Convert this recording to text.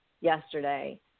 yesterday